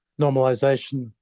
normalization